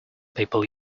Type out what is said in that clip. people